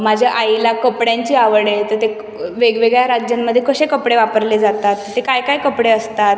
माझ्या आईला कपड्यांची आवड आहे तर ते क वेगवेगळ्या राज्यांमध्ये कसे कपडे वापरले जातात ते काय काय कपडे असतात